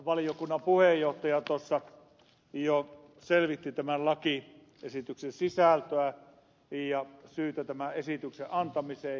valiokunnan puheenjohtaja jo selvitti tämän lakiesityksen sisältöä ja syytä tämän esityksen antamiseen